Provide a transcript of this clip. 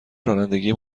رانندگی